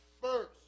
first